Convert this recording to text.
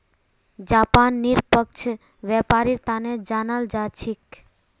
Japan निष्पक्ष व्यापारेर तने जानाल जा छेक